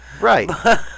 Right